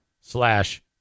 slash